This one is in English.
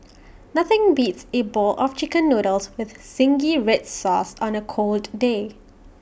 nothing beats A bowl of Chicken Noodles with Zingy Red Sauce on A cold day